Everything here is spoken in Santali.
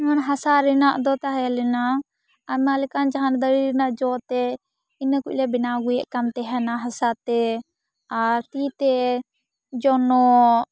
ᱡᱮᱢᱚᱱ ᱦᱟᱥᱟ ᱨᱮᱱᱟᱜ ᱫᱚ ᱛᱟᱦᱮᱞᱮᱱᱟ ᱟᱭᱢᱟ ᱞᱮᱠᱟᱱ ᱡᱟᱦᱟᱱ ᱫᱟᱨᱮ ᱨᱮᱱᱟᱜ ᱡᱚ ᱛᱮᱫ ᱤᱱᱟᱹ ᱠᱩᱡᱞᱮ ᱵᱮᱱᱟᱣ ᱟᱹᱜᱩᱭᱮᱫ ᱠᱟᱱ ᱛᱟᱦᱮᱱᱟ ᱦᱟᱥᱟ ᱛᱮ ᱟᱨ ᱛᱤᱛᱮ ᱡᱚᱱᱚᱜ